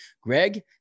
Greg